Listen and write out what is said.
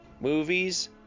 movies